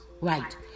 right